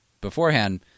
beforehand